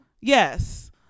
Yes